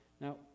Now